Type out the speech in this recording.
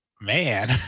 man